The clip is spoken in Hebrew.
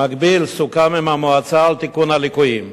במקביל סוכם עם המועצה על תיקון הליקויים.